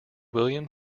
william